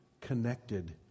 connected